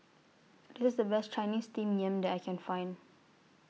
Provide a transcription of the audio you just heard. This IS The Best Chinese Steamed Yam that I Can Find